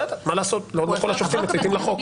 בסדר, מה לעשות, לא כל השופטים מצייתים לחוק.